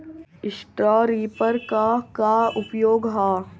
Straw reaper क का उपयोग ह?